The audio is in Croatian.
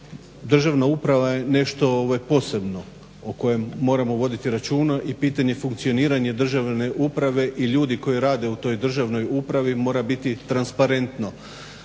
državna uprava je nešto posebno o kojem moramo voditi računa i pitanje funkcioniranja državne uprave i ljudi koji rade u toj državnoj upravi mora biti transparentno.